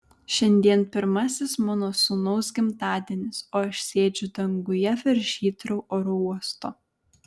šiandien pirmasis mano sūnaus gimtadienis o aš sėdžiu danguje virš hitrou oro uosto